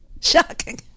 shocking